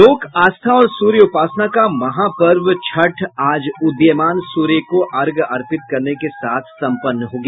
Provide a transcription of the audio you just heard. लोक आस्था और सूर्योपासना का महापर्व छठ आज उदीयमान सूर्य को अर्घ्य अर्पित करने के साथ संपन्न हो गया